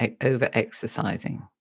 over-exercising